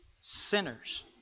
sinners